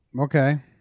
Okay